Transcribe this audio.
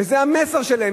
וזה המסר שלהם.